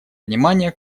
внимание